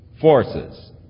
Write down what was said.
Forces